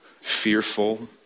fearful